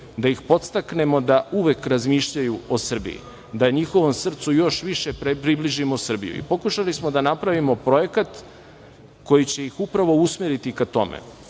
da ih podstaknemo da uvek razmišljaju o Srbiji da njihovom srcu još više približimo Srbiju i pokušali smo da napravimo projekat koji će ih usmeriti ka